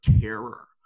terror